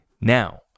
Now